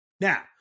Now